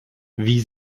wie